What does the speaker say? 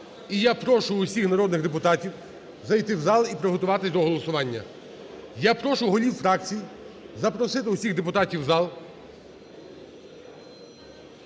І я прошу всіх народних депутатів зайти в зал і приготуватися до голосування. Я прошу голів фракцій запросити всіх депутатів в зал